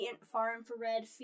far-infrared